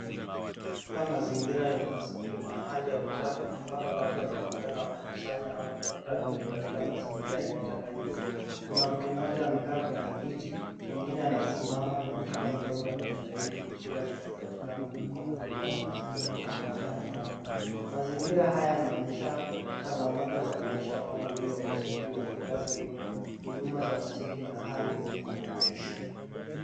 Katika mazingira ya umaskini na hali ya uchafu ambapo watu wanaonekana wakikusanya au kutafuta vitu katika mazingira yenye taka nyingi. Kuna mtu mmoja amekaa kwenye kiti, mwingine anasimama na mtoto mdogo anajitahidi kuchukua kitu katika mfuko mkubwa wa plastiki au kitambaa. Mazingira haya yanaonyesha changamoto za maisha kama vile ukosefu wa makazi bora, huduma za msingi na hali duni ya maisha.